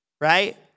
right